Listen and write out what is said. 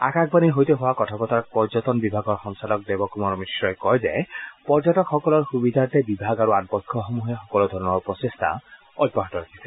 আকাশবাণীৰ সৈতে হোৱা কথা বতৰাত পৰ্যটন বিভাগৰ সঞ্চালক দেব কুমাৰ মিশ্ৰই কয় যে পৰ্যটকসকলৰ সুবিধাৰ্থে বিভাগ আৰু আন পক্ষসমূহে সকলো ধৰণৰ প্ৰচেষ্টা অব্যাহত ৰাখিছে